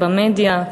במדיה.